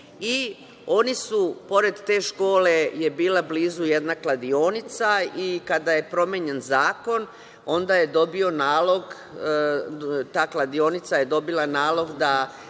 Oni su pored te škole, je bila blizu jedna kladionica i kada je promenjen zakon onda je dobio, ta kladionica je dobila nalog da